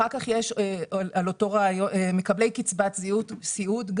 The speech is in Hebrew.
אחר-כך יש מקבלי קצבת סיעוד.